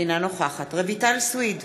אינה נוכחת רויטל סויד,